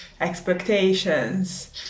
expectations